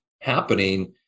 happening